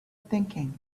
thinking